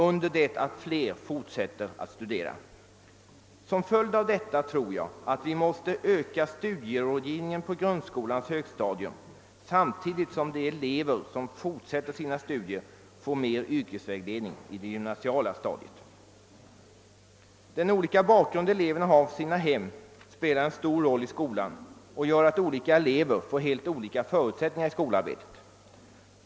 På grund härav tror jag att vi måste förbättra studierådgivningen på grundskolans hög stadium samtidigt som de elever som fortsätter sina studier får mera yrkesvägledning på det gymnasiala stadiet. Elevernas olika bakgrund med avseende på hemmen spelar en stor roll i skolan och gör att eleverna får helt olika förutsättningar i skolarbetet.